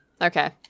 Okay